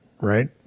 right